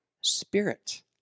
spirit